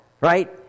right